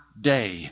day